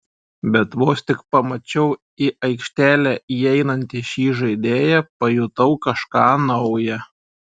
bet vos tik pamačiau į aikštelę įeinantį šį žaidėją pajutau kažką nauja